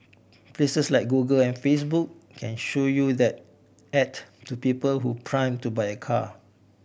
places like Google and Facebook can show you that at to people who prime to buy a car